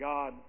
God